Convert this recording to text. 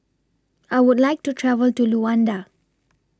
I Would like to travel to Luanda